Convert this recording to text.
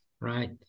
right